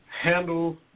handle